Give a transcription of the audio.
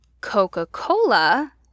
coca-cola